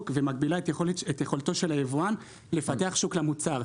ומגבילה את יכולתו של היבואן לפתח שוק למוצר.